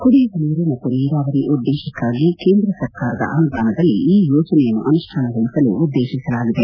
ಕುಡಿಯುವ ನೀರು ಮತ್ತು ನೀರಾವರಿ ಉದ್ದೇಶಕ್ಕಾಗಿ ಕೇಂದ್ರ ಸರ್ಕಾರದ ಅನುದಾನದಲ್ಲಿ ಈ ಯೋಜನೆಯನ್ನು ಅನುಷ್ಣಾನಗೊಳಿಸಲು ಉದ್ದೇಶಿಸಲಾಗಿದೆ